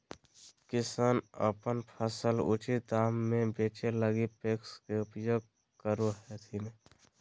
किसान अपन फसल उचित दाम में बेचै लगी पेक्स के उपयोग करो हथिन